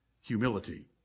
humility